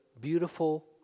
beautiful